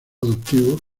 adoptivo